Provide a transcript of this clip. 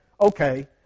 okay